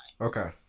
Okay